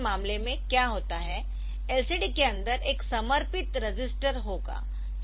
LCD के मामले में क्या होता है LCD के अंदर एक समर्पित रजिस्टर होगा